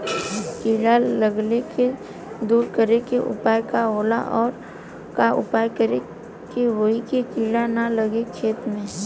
कीड़ा लगले के दूर करे के उपाय का होला और और का उपाय करें कि होयी की कीड़ा न लगे खेत मे?